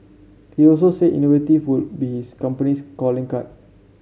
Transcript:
he also said innovated would be his company's calling card